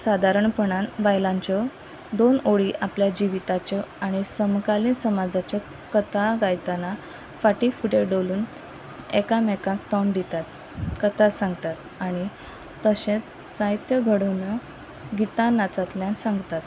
सादारणपणान बायलांच्यो दोन ओळी आपल्या जिविताच्यो आनी समकालीन समाजाच्यो कथा गायतना फाटी फुडें डोलून एकामेकाक तोंड दितात कथा सांगतात आनी तशेंच जायत्यो घडोवण्यो गीतां नाचांतल्यान सांगतात